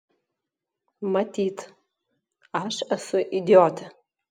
matyt aš esu idiotė